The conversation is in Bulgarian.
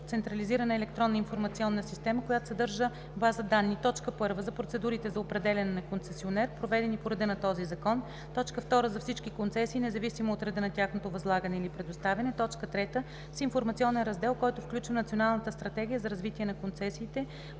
централизирана електронна информационна система, която съдържа база данни: 1. за процедурите за определяне на концесионер, проведени по реда на този закон; 2. за всички концесии, независимо от реда на тяхното възлагане или предоставяне; 3. с информационен раздел, който включва Националната стратегия за развитие на концесиите,